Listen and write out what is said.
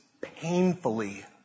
painfully